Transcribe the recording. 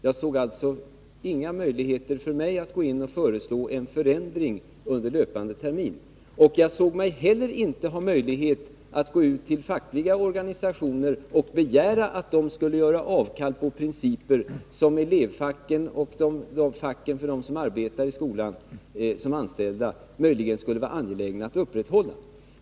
Jag såg alltså inga möjligheter för mig att föreslå en förändring under löpande termin. Jag såg mig inte heller ha möjlighet att gå ut till fackliga organisationer och begära att de skulle göra avkall på principer som elevfacken och facken för de anställda i skolorna möjligen skulle vara angelägna att upprätthålla.